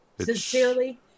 sincerely